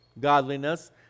godliness